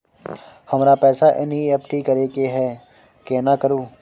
हमरा पैसा एन.ई.एफ.टी करे के है केना करू?